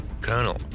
Colonel